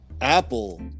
apple